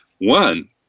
One